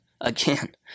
Again